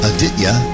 Aditya